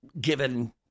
given